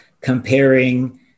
comparing